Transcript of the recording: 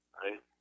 right